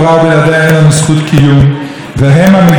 והם המגינים על כלל ישראל מפגעי הזמן בכל הדורות,